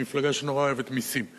על ההצעה שלך ישיב סגן שר האוצר יצחק כהן.